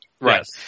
Right